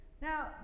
Now